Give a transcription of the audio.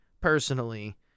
personally